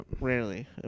rarely